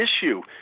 issue